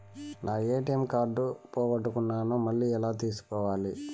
నా ATM card పోగొట్టుకున్నాను, మళ్ళీ ఎలా తీసుకోవాలి?